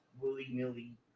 willy-nilly